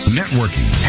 networking